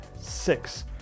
six